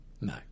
No